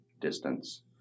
distance